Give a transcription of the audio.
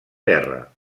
terra